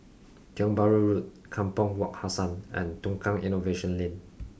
Tiong Bahru Road Kampong Wak Hassan and Tukang Innovation Lane